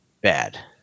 bad